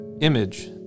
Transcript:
image